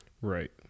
Right